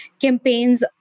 campaigns